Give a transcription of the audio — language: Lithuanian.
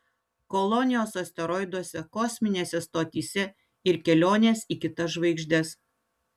kolonijos asteroiduose kosminėse stotyse ir kelionės į kitas žvaigždes